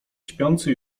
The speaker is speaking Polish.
śpiący